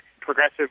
progressive